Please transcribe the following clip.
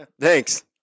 Thanks